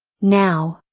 now,